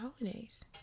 holidays